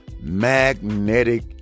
magnetic